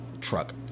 Truck